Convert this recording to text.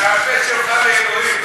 מהפה שלך לאלוהים.